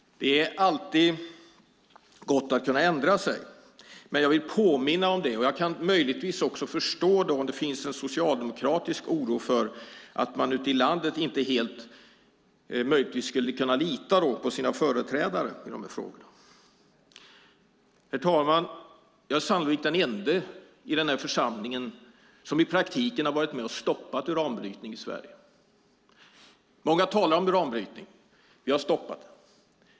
Det är alltid gott att kunna ändra sig, men jag vill påminna om detta. Jag kan möjligtvis också förstå om det finns en socialdemokratisk oro för att man inte helt skulle kunna lita på sina företrädare ute i landet i de här frågorna. Herr talman! Jag är sannolikt den enda i den här församlingen som i praktiken har varit med och stoppat uranbrytning i Sverige. Många talar om uranbrytning. Vi har stoppat den.